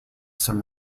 some